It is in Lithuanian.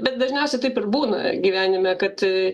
bet dažniausiai taip ir būna gyvenime kad